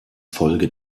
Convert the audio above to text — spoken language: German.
folge